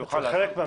הוא יוכל לעשות זאת.